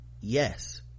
yes